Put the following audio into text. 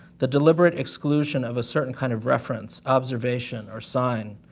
the deliberate exclusion of a certain kind of reference, observation, or sign.